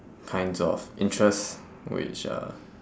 kinds of interests which uh